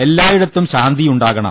എല്ലായിടത്തും ശാന്തിയുണ്ടാകണം